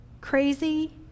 crazy